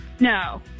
No